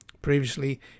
Previously